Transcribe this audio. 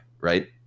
right